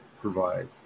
provide